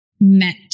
met